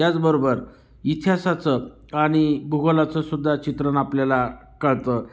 त्याचबरोबर इतिहासाचं आणि भूगोलाचं सुद्धा चित्रण आपल्याला कळतं